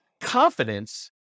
confidence